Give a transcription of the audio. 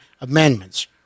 amendments